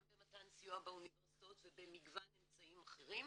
גם במתן סיוע באוניברסיטאות ובמגוון אמצעים אחרים,